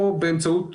או באמצעות